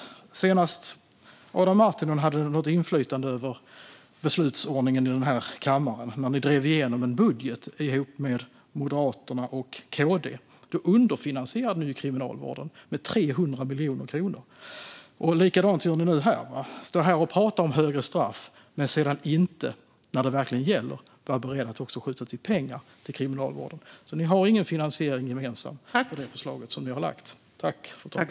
Senast Adam Marttinens parti hade något inflytande över beslutsordningen i den här kammaren, när ni drev igenom en budget ihop med Moderaterna och Kristdemokraterna, då underfinansierade ni kriminalvården med 300 miljoner kronor. Likadant gör ni nu. Ni står här och pratar om högre straff, men när det verkligen gäller är ni inte beredda att också skjuta till pengar till kriminalvården. Ni har ingen gemensam finansiering för det förslag som ni har lagt fram.